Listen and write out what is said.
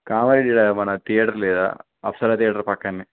కామారెడ్డి మన థియేటర్ లేదా అఫ్సరా థియేటర్ పక్కనే